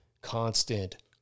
constant